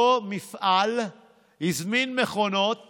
אותו מפעל הזמין מכונות